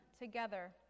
together